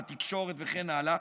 בתקשורת וכן הלאה,